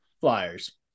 Flyers